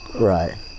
Right